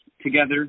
together